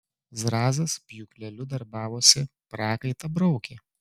zrazas pjūkleliu darbavosi prakaitą braukė